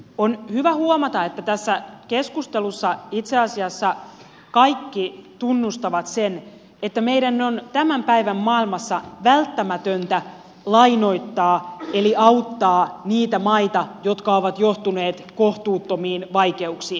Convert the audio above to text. on hyvä huomata että tässä keskustelussa itse asiassa kaikki tunnustavat sen että meidän on tämän päivän maailmassa välttämätöntä lainoittaa eli auttaa niitä maita jotka ovat joutuneet kohtuuttomiin vaikeuksiin